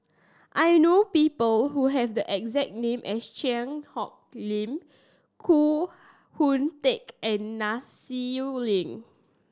I know people who have the exact name as Cheang Hong Lim Koh Hoon Teck and Nai Swee Leng